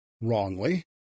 wrongly